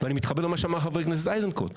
אני מתחבר למה שאמר חבר הכנסת איזנקוט,